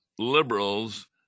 liberals